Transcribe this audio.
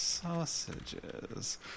Sausages